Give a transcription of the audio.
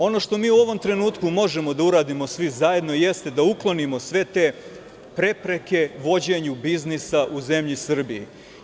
Ono što mi u ovom trenutku možemo da uradimo svi zajedno, jeste da uklonimo sve te prepreke u vođenju biznisa u zemlji Srbiji.